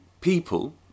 people